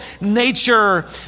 nature